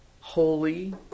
holy